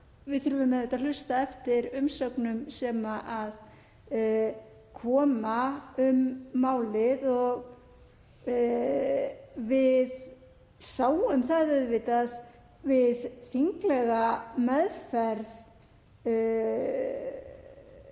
þurfum við að hlusta eftir umsögnum sem koma um málið. Við sáum það við þinglega meðferð